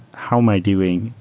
how am i doing?